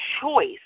choice